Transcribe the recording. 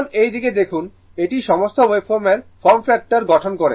এখন এইদিকে দেখুন এটি সমস্ত ওয়েভফর্মের ফর্ম ফ্যাক্টর গঠন করে